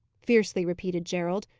fiercely repeated gerald.